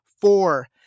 Four